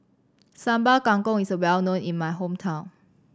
Sambal Kangkong is well known in my hometown